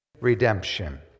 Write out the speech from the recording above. Redemption